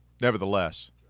nevertheless –